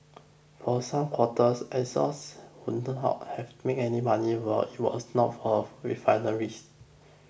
for some quarters Exxons would not have made any money were it was not for refineries